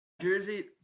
Jersey